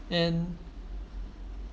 and